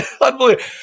Unbelievable